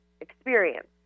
experience